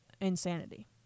insanity